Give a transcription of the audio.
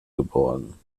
geboren